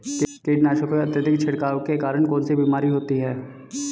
कीटनाशकों के अत्यधिक छिड़काव के कारण कौन सी बीमारी होती है?